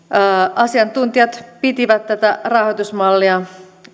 asiantuntijat pitivät tätä rahoitusmallia